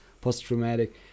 post-traumatic